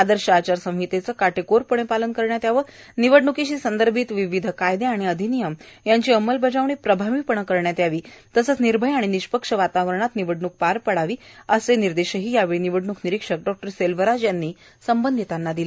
आदर्श आचारसंहितेचे काटेकोरपणे पालन करण्यात यावेए निवडणूकीशी संदर्भित विविध कायदे व अधिनियम यांची अंमलबजावणी प्रभावीपणे करण्यात यावी तसेच निर्भय व निष्पक्ष वातावरणात निवडणूक प्रक्रिया पार पाडावी असे निर्देशही यावेळी निवडणूक निरिक्षक डॉ सेल्वराज यांनी दिले